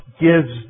gives